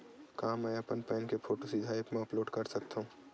का मैं अपन पैन के फोटू सीधा ऐप मा अपलोड कर सकथव?